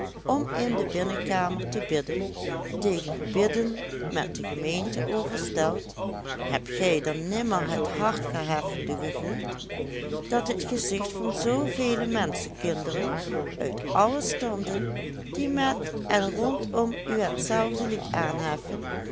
om in de binnenkamer te bidden tegen het bidden met de gemeente overstelt hebt gij dan nimmer het hartverheffende gevoeld dat het gezicht van zoovele menschenkinderen uit alle standen die met en rondom u hetzelfde lied aanheffen